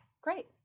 Great